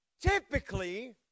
typically